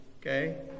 Okay